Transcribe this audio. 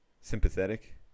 sympathetic